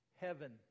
heaven